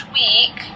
week